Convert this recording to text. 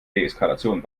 deeskalation